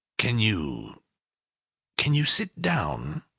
can you can you sit down?